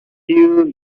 you